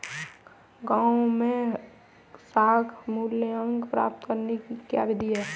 गाँवों में साख मूल्यांकन प्राप्त करने की क्या विधि है?